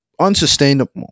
Unsustainable